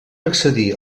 accedir